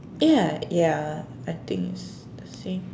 ya ya I think s~ same